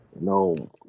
no